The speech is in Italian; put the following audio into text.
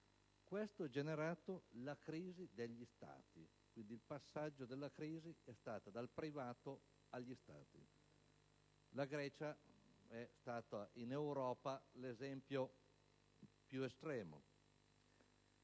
Questo ha generato la crisi degli Stati. Il passaggio della crisi è stato dal privato agli Stati. La Grecia è stata in Europa l'esempio più estremo